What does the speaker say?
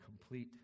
complete